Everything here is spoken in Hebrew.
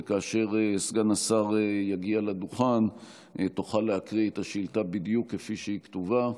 וכאשר סגן השר יגיע לדוכן תוכל לקרוא את השאילתה בדיוק כפי שהיא כתובה,